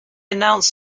announced